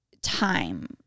Time